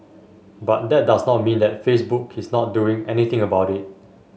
but that does not mean that Facebook is not doing anything about it